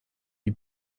die